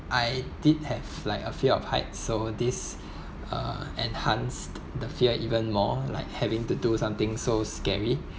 I did have like a fear of heights so this uh enhanced the fear even more like having to do something so scary